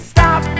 Stop